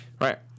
Right